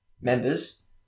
members